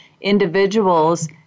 individuals